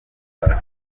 gatanu